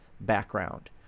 background